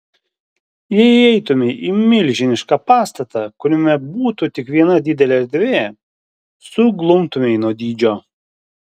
jei įeitumei į milžinišką pastatą kuriame būtų tik viena didelė erdvė suglumtumei nuo dydžio